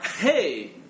hey